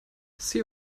see